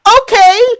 okay